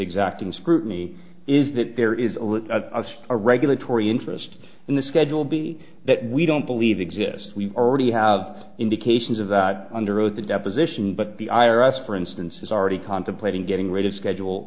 exacting scrutiny is that there is a look at a regulatory interest in the schedule b that we don't believe exists we already have indications of that under oath the deposition but the i r s for instance is already contemplating getting rid of schedule